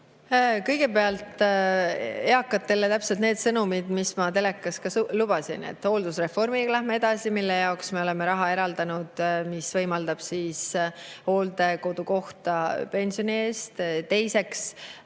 Kõigepealt, eakatele on täpselt need sõnumid, mida ma telekas ka lubasin. Hooldusreformiga läheme edasi, selle jaoks me oleme raha eraldanud ja see võimaldab hooldekodukohta pensioni eest. Teiseks,